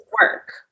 work